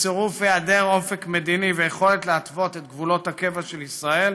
בצירוף היעדר אופק מדיני ויכולת להתוות את גבולות הקבע של ישראל,